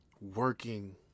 working